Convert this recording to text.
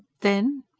then.